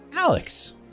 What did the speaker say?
Alex